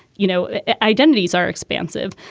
you know, identities are expansive.